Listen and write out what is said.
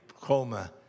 coma